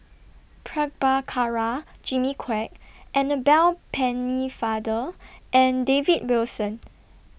Prabhakara Jimmy Quek Annabel Pennefather and David Wilson